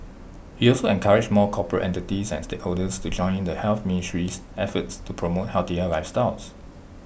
he also encouraged more corporate entities and stakeholders to join the health ministry's efforts to promote healthier lifestyles